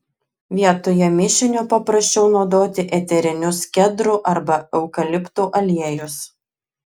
vietoje mišinio paprasčiau naudoti eterinius kedrų arba eukaliptų aliejus